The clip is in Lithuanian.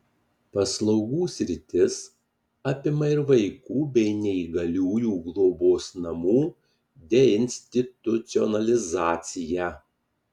paslaugų sritis apima ir vaikų bei neįgaliųjų globos namų deinstitucionalizaciją